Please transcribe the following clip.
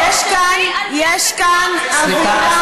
יש כאן אווירה,